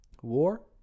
War